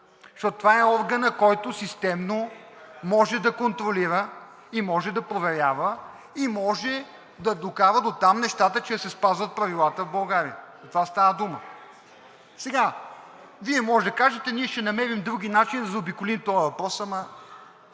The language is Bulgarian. защото това е органът, който системно може да контролира и може да проверява, и може да докара дотам нещата, че да се спазват правилата в България. За това става дума. Вие може да кажете: ние ще намерим други начини да заобиколим този въпрос, ама